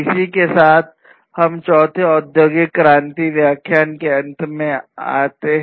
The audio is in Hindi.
इसी के साथ हम चौथे औद्योगिक क्रांति व्याख्यान के अंत में आते हैं